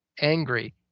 angry